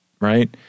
right